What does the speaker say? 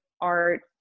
art